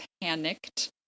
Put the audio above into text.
panicked